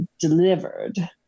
delivered